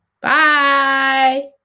Bye